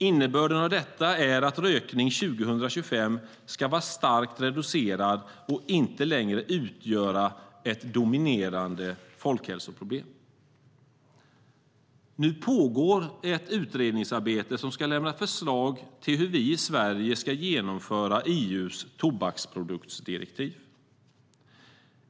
Innebörden av detta är att rökningen 2025 ska vara starkt reducerad och inte längre utgöra ett dominerande folkhälsoproblem. Nu pågår ett utredningsarbete som ska lämna förslag till hur vi i Sverige ska genomföra EU:s tobaksproduktsdirektiv.